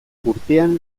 urtean